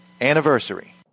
anniversary